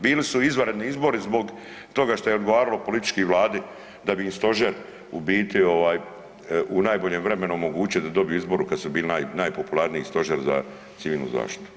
Bili su izvanredni izbori zbog toga što je odgovaralo političkoj Vladi da bi im stožer u biti u najboljem vremenu omogućio da dobiju izbore kada su bili najpopularniji stožer za civilnu zaštitu.